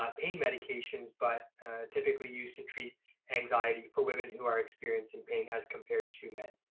ah pain medications, but typically used to treat anxiety for women who are experiencing pain as compared to men.